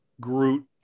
Groot